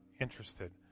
interested